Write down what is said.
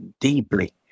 deeply